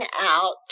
out